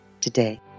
today